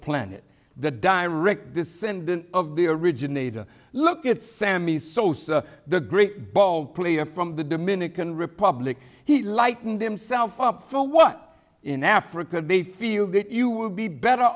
planet the direct descendant of the originator look at sammy sosa the great ballplayer from the dominican republic he lightened himself up for what in africa they feel that you would be better